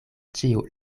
ĉiu